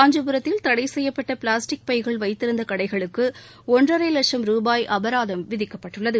காஞ்சிபுரத்தில் தடை செய்யப்பட்ட பிளாஸ்டிக் பைகள் வைத்திருந்த கடைகளுக்கு ஒன்றரை லட்சம் ரூபாய் அபராதம் விதிக்கப்பட்டுள்ளது